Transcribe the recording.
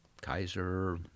Kaiser